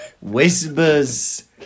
Whispers